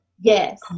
Yes